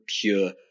pure